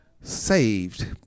saved